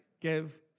Give